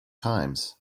times